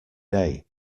day